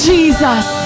Jesus